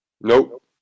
Nope